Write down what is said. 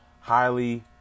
highly